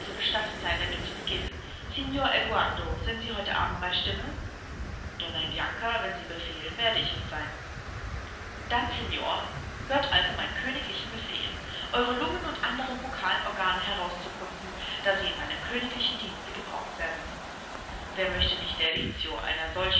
gestattet sein damit zu beginnen signor eduardo sind sie heute abend bei stimme donna bianca wenn sie befehlen werde ich es sein dann signor hört also meinen königlichen befehl eure lungen und anderen vokalen organe herauszuputzen da sie in meinem königlichen dienste gebraucht werden wer möchte nicht der rizzio einer solchen